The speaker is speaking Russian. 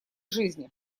жизни